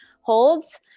holds